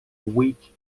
which